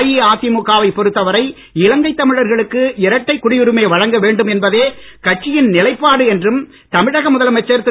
அஇஅதிமுக வைப் பொறுத்தவரை இலங்கைத் தமிழர்களுக்கு இரட்டைக் குடியுரிமை வழங்க வேண்டும் என்பதே கட்சியின் நிலைப்பாடு என்றும் தமிழக முதலமைச்சர் திரு